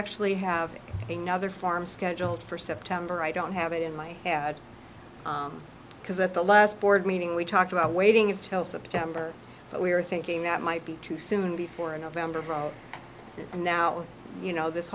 actually have another form scheduled for september i don't have it in my head because at the last board meeting we talked about waiting until september but we were thinking that might be too soon before november and now you know this